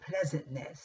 pleasantness